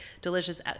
delicious